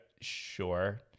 sure